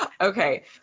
okay